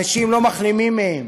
אנשים לא מחלימים מהן,